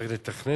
צריך לתכנן,